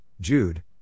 Jude